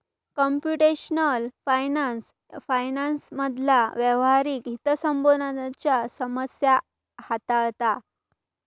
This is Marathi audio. कम्प्युटेशनल फायनान्स फायनान्समधला व्यावहारिक हितसंबंधांच्यो समस्या हाताळता